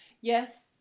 yes